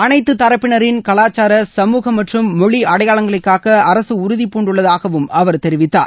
அனைத்து தரப்பினரின் கவாச்சார சமூக மற்றும் மொழி அடையாளங்களை காக்க அரசு உறுதிபூண்டுள்ளதாக அவர் தெரிவித்தார்